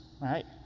right